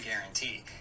guarantee